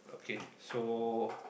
okay so